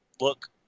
look